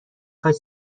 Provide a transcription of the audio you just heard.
خواید